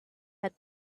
had